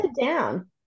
down